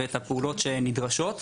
ובפעולות שנדרשות.